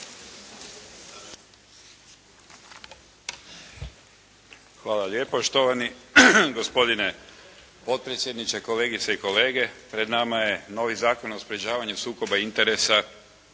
Hvala lijepo. Štovani gospodine potpredsjedniče, kolegice i kolege. Pred nama je novi Zakon o sprječavanju sukoba interesa